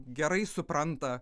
gerai supranta